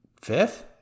fifth